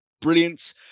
Brilliant